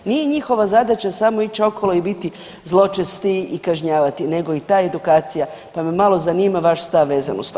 Nije njihova zadaća samo ići okolo i biti zločesti i kažnjavati nego i ta edukacija, pa me malo zanima vaš stav vezano uz to.